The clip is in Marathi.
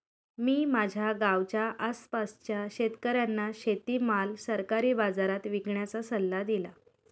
मी माझ्या गावाच्या आसपासच्या शेतकऱ्यांना शेतीमाल सरकारी बाजारात विकण्याचा सल्ला दिला